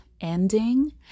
ending